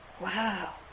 wow